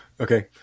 Okay